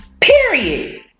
Period